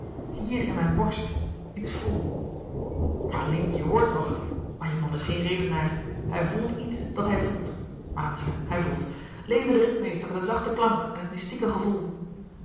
hier in mijn borst iets voel adelientje hoor toch maar je man is geen redenaar hij voelt iets dat hij voelt maar enfin hij voelt leve de ritmeester met den zachten klank en het mystieke gevoel